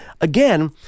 Again